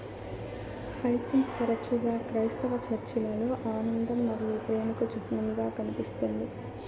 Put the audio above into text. hyacinth తరచుగా క్రైస్తవ చర్చిలలో ఆనందం మరియు ప్రేమకు చిహ్నంగా కనిపిస్తుంది